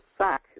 sack